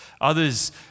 Others